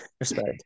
Respect